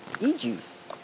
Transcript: e-juice